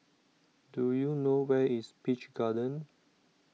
do you know where is Peach Garden